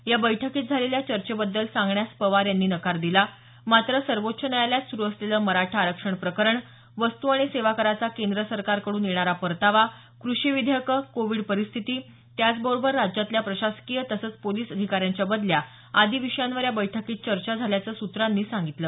या बैठकीत झालेल्या चर्चेबद्दल सांगण्यास पवार यांनी नकार दिला मात्र सर्वोच्च न्यायालयात सुरू असलेलं मराठा आरक्षण प्रकरण वस्तु आणि सेवा कराचा केंद्र सरकारकडून येणारा परतावा कृषी विधेयकं कोविड परिस्थिती त्याचबरोबर राज्यातल्या प्रशासकीय तसंच पोलिस अधिकाऱ्यांच्या बदल्या आदी विषयांवर या बैठकीत चर्चा झाल्याच सूत्रानी सांगितल